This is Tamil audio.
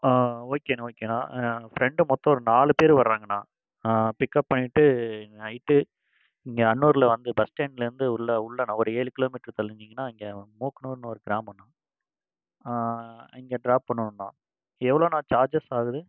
ஓகேண்ணா ஓகேண்ணா என் ஃபிரண்டு மொத்தம் நாலு பேர் வர்றாங்கணா பிக்கப் பண்ணிட்டு நைட்டு இங்கே அன்னூரில் வந்து பஸ் ஸ்டாண்ட்லேருந்து உள்ளே உள்ளேண்ணா ஒரு ஏழு கிலோமீட்டரு தள்ளுனீங்கன்னால் இங்கே மூக்குனூர்னு ஒரு கிராமண்ணா அங்கே ட்ராப் பண்ணணுண்ணா எவ்வளோண்ணா சார்ஜஸ் ஆகுது